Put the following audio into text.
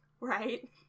Right